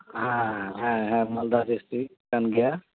ᱦᱮᱸ ᱦᱮᱸ ᱢᱟᱞᱫᱟ ᱰᱤᱥᱴᱨᱤᱠ ᱠᱟᱱ ᱜᱮᱭᱟ